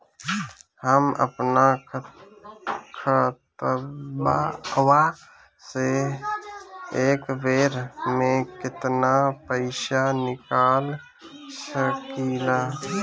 हम आपन खतवा से एक बेर मे केतना पईसा निकाल सकिला?